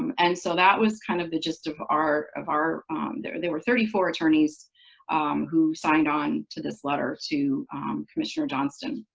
um and so that was kind of the gist of our of our there there were thirty four attorneys who signed on to this letter to commissioner johnston.